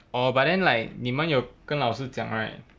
orh but then like 你们有跟老师讲 right